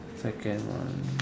second one